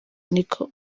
niko